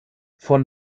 von